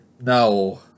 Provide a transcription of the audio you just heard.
No